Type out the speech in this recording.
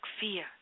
fear